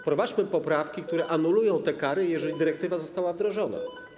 Wprowadźmy poprawki, które anulują kary, jeżeli dyrektywa została wdrożona.